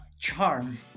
charm